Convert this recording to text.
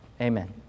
Amen